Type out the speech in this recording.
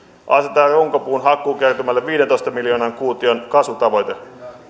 asetetaan runkopuun hakkuukertymälle viidentoista miljoonan kuution kasvutavoite